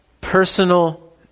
personal